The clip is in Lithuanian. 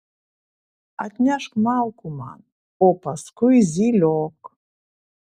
atnešk malkų man o paskui zyliok